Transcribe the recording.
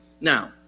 Now